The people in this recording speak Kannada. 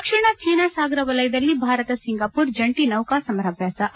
ದಕ್ಷಿಣ ಚೀನಾ ಸಾಗರ ವಲಯದಲ್ಲಿ ಭಾರತ ಸಿಂಗಾಪೂರ ಜಂಟಿ ನೌಕಾಸಮರಾಭ್ಯಾಸ ಹಿ